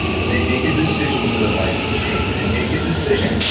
but they make a decision for their life to change. they and make a decision,